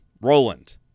Roland